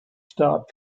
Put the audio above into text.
start